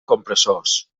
compressors